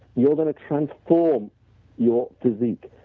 you're going to transform your physic,